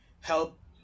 help